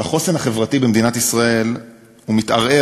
אבל החוסן החברתי במדינת ישראל מתערער